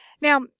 Now